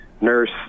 Nurse